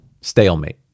Stalemate